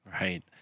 Right